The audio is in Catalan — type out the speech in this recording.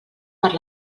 per